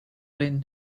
wyn